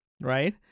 right